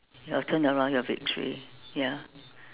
your turnaround your victory ya